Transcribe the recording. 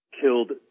killed